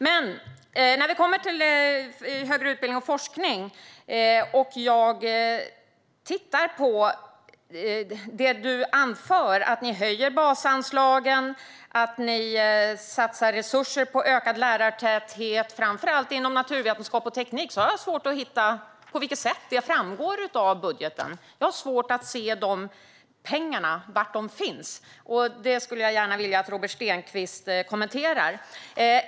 Men när det gäller högre utbildning och forskning och jag tittar på det du anför - att ni höjer basanslagen och satsar resurser på ökad lärartäthet, framför allt inom naturvetenskap och teknik - har jag svårt att se på vilket sätt det framgår av budgeten och var de pengarna finns. Det skulle jag gärna vilja att Robert Stenkvist kommenterar.